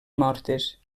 mortes